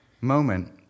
moment